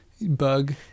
bug